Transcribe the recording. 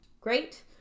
Great